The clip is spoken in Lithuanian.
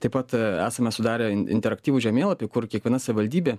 taip pat esame sudarę in interaktyvų žemėlapį kur kiekviena savivaldybė